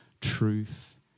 truth